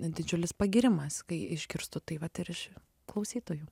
didžiulis pagyrimas kai išgirstu tai vat ir iš klausytojų